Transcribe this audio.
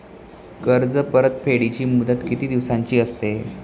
कर्ज परतफेडीची मुदत किती दिवसांची असते?